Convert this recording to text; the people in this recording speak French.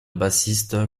bassiste